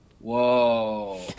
Whoa